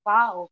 Wow